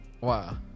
Wow